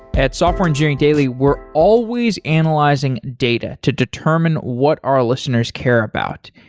at software engineering daily, we're always analyzing data to determine what our listeners care about,